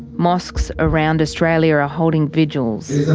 mosques around australia are ah holding vigils.